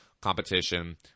competition